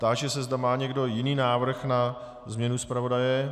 Táži se, zda má někdo jiný návrh na změnu zpravodaje.